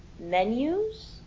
menus